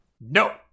No